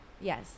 Yes